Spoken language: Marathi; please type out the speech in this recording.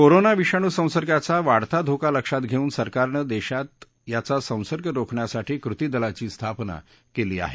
कोरोना विषाणू संसर्गाचा वाढता धोका लक्षात घेऊन सरकारने देशात याचा संसर्ग रोखण्यासाठी कृतीदलाची स्थापना केली आहे